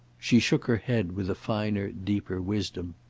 she shook her head with a finer deeper wisdom.